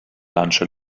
lancia